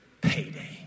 payday